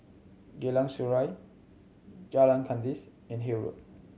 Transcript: Geylang Serai Jalan Kandis and Hill Road